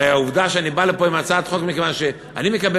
הרי העובדה היא שאני בא לפה עם הצעת חוק מכיוון שאני מקבל